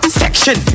section